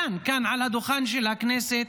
כאן על הדוכן של הכנסת,